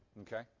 Okay